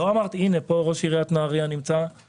וראש עיריית נהריה נמצא פה גם.